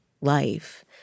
life